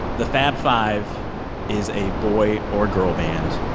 the fab five is a boy or girl band.